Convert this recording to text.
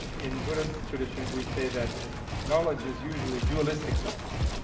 in buddhist tradition we say that knowledge is usually dualistic knowledge.